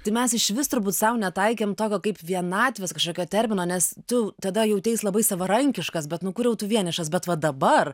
tai mes išvis turbūt sau netaikėm tokio kaip vienatvės kažkokio termino nes tu tada jauteis labai savarankiškas bet nu kur jau tu vienišas bet va dabar